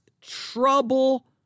trouble